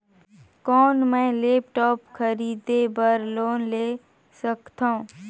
कौन मैं लेपटॉप खरीदे बर लोन ले सकथव?